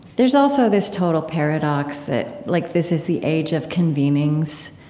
there's also this total paradox that like this is the age of convenings,